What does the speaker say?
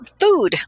food